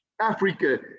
Africa